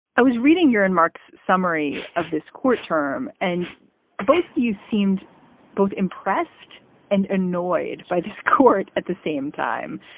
i was reading your and mark's summary of this court term, and both of you seemed both impressed and annoyed by this court at the same time,